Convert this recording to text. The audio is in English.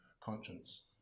conscience